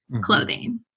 clothing